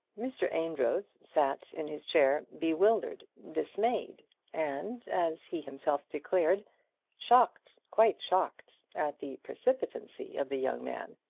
mr. amedroz sat in his chair bewildered, dismayed and, as he himself declared shocked, quite shocked, at the precipitancy of the young man.